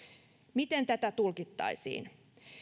miten tätä tulkittaisiin